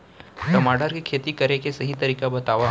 टमाटर की खेती करे के सही तरीका बतावा?